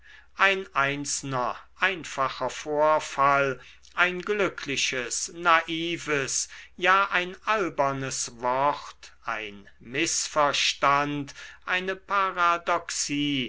ein einzelner einfacher vorfall ein glückliches naives ja ein albernes wort ein mißverstand eine paradoxie